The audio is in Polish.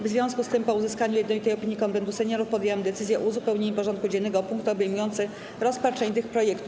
W związku z tym, po uzyskaniu jednolitej opinii Konwentu Seniorów, podjęłam decyzję o uzupełnieniu porządku dziennego o punkty obejmujące rozpatrzenie tych projektów.